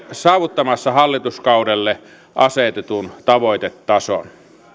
saavuttamassa hallituskaudelle asetetun tavoitetason